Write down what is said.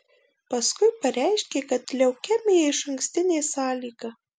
paskui pareiškė kad leukemija išankstinė sąlyga